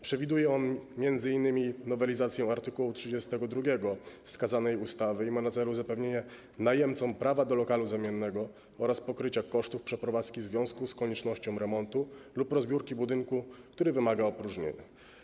Przewiduje on m.in. nowelizację art. 32 wskazanej ustawy i ma na celu zapewnienie najemcom prawa do lokalu zamiennego oraz pokrycie kosztów przeprowadzki w związku z koniecznością remontu lub rozbiórki budynku, który wymaga opróżnienia.